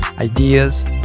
ideas